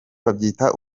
babyita